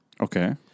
okay